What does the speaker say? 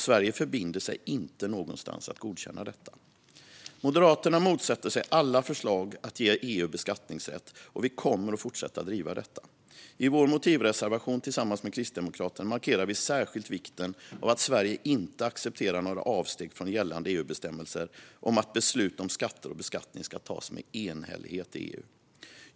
Sverige förbinder sig inte någonstans att godkänna detta. Moderaterna motsätter sig alla förslag till att ge EU beskattningsrätt, och vi kommer att fortsätta att driva detta. I vår motivreservation tillsammans med Kristdemokraterna markerar vi särskilt vikten av att Sverige inte accepterar några avsteg från gällande EU-bestämmelser om att beslut om skatter och beskattning ska fattas i enhällighet i EU.